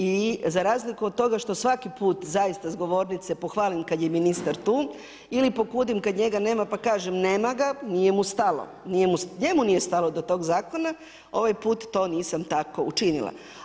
I za razliku od toga što svaki put zaista s govornice pohvalim kad je ministar tu ili pokudim kad njega nema, pa kažem nema ga, nije mu stalo, njemu nije stalo do tog zakona, ovaj put to nisam tako učinila.